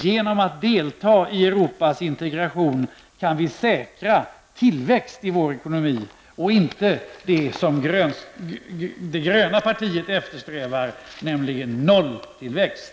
Genom att delta i Europas integration kan vi säkra tillväxten i vår ekonomi, i motsats till det som det gröna partiet eftersträvar, nämligen nolltillväxt.